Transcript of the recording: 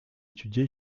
étudié